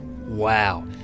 Wow